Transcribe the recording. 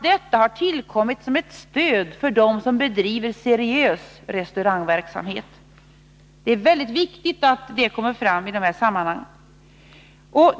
Detta skall ses som ett stöd för dem som bedriver seriös restaurangverksamhet — det är viktigt att det kommer fram i detta sammanhang.